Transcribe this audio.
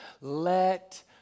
Let